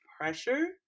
pressure